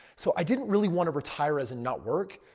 so, i didn't really want to retire as and not work.